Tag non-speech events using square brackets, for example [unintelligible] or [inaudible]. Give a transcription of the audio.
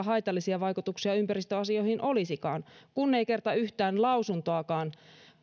[unintelligible] haitallisia vaikutuksia ympäristöasioihin olisikaan kun ei kerta yhtään lausuntoakaan